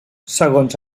segons